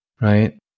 Right